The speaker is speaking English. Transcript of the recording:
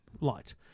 light